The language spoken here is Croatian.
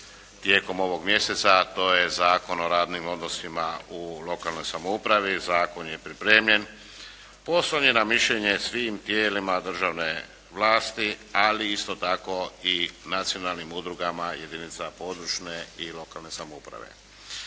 tijekom ovom mjeseca a to je Zakon o radnim odnosima u lokalnoj samoupravi, zakon je pripremljen, poslan je na mišljenje svim tijelima državne vlasti, ali isto tako i nacionalnim udrugama jedinica područne i lokalne samouprave.